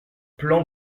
plan